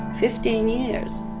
fifteen years.